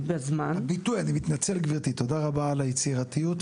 הביטוי, אני מתנצל גברתי, תודה רבה על היצירתיות.